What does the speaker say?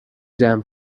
جمع